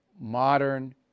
modern